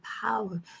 power